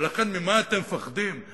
ולכן, ממה אתם מפחדים?